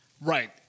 Right